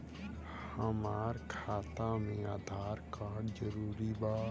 हमार खाता में आधार कार्ड जरूरी बा?